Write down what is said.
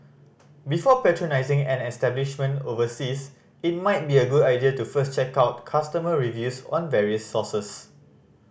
before patronising an establishment overseas it might be a good idea to first check out customer reviews on various sources